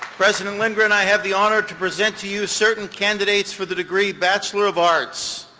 president lindgren, i have the honor to present to you certain candidates for the degree bachelor of arts.